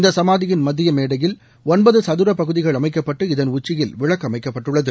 இந்த சமாதியின் மத்திய மேடையில் ஒன்பது சதுர பகுதிகள் அமைக்கப்பட்டு இதன் உச்சியில் விளக்கு அமைக்கப்பட்டுள்ளது